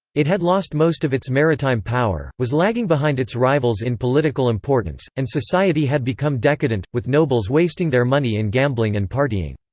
it had lost most of its maritime power, was lagging behind its rivals in political importance, and society had become decadent, with nobles wasting their money in gambling and partying.